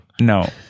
No